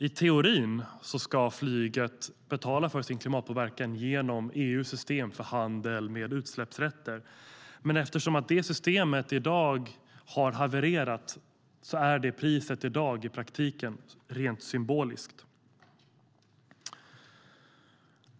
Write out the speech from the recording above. I teorin ska flyget betala för sin klimatpåverkan genom EU:s utsläppshandel, men eftersom det systemet har havererat är priset i dag i praktiken rent symboliskt.